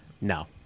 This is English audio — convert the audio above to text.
No